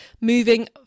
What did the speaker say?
moving